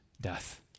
death